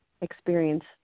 experience